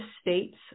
states